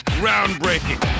groundbreaking